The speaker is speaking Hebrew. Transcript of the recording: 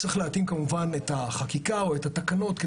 צריך להתאים את החקיקה או את התקנות,